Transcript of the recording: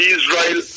Israel